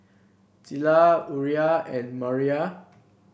Zella Uriah and Maria